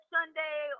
Sunday